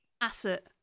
asset